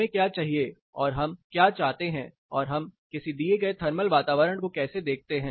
हमें क्या चाहिए और हम क्या चाहते हैं और हम किसी दिए गए थर्मल वातावरण को कैसे देखते हैं